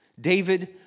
David